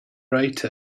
write